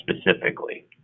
specifically